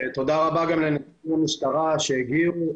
תודה רבה גם לנציגי המשטרה שהגיעו.